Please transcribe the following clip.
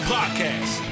Podcast